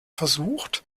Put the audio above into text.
versucht